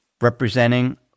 representing